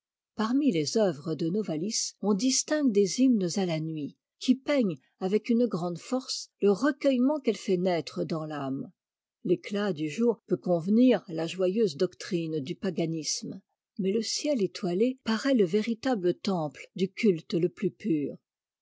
parmi les œuvres de novalis on distingue des hymnes à la nuit qui peignent avec une grande force le recueillement qu'ette fait naître dans l'âme l'éclat du jour peut convenir à la joyeuse doctrine du paganisme mais le ciel étoilé paraît le véritable temple du culte le plus pur